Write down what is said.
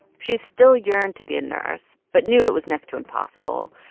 she still yearned to be a nurse but knew it was next to impossible.